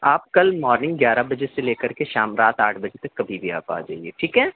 آپ کل مورننگ گیارہ بجے سے لے کر کے شام رات آٹھ بجے تک کبھی بھی آپ آ جائیے ٹھیک ہے